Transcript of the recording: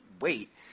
wait